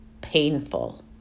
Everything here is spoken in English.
painful